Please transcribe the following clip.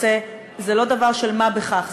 זה לא דבר של מה בכך,